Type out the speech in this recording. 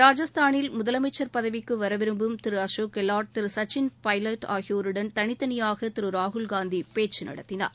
ராஜஸ்தானில் முதலமைச்சர் பதவிக்கு வரவிரும்பும் திரு அசோக் கெலாட் திரு சச்சின் பைவட் ஆகியோருடன் தனித்தனியாக திரு ராகுல்காந்தி பேச்சு நடத்தியுள்ளார்